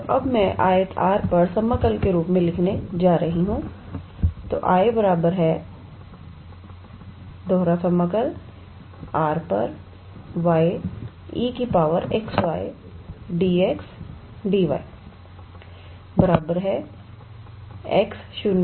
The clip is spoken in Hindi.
तो अब मैं आयत R पर समाकल के रूप में लिखने जा रही रहीहूं